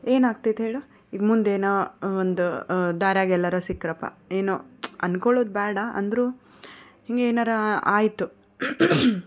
ಏನಾಗ್ತೈತೆ ಹೇಳು ಈಗ ಮುಂದೇನಾ ಒಂದು ದಾರ್ಯಾಗ ಎಲ್ಲಾರ ಸಿಕ್ರಪ್ಪ ಏನೋ ಅಂದ್ಕೊಳ್ಳೋದು ಬೇಡ ಅಂದರು ಹೀಗೆ ಏನಾರ ಆಯಿತು